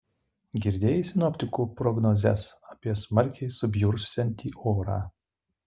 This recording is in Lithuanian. girdėjai sinoptikų prognozes apie smarkiai subjursiantį orą